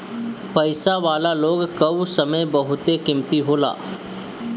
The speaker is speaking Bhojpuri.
पईसा वाला लोग कअ समय बहुते कीमती होला